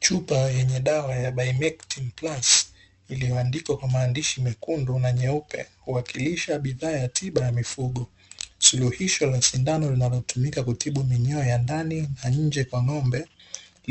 Chupa yenye dawa ya bay ''maketi plus'' ni maandiko kwa maandishi mekundu na nyeupe uwakilisha bidhaa ya mifugo, suluhisho la sindano linalotumika kutibu vinyo ya ndani na nje ya manombe,